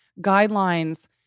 guidelines